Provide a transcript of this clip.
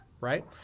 right